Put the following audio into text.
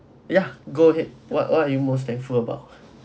yeah go ahead what what are you most thankful about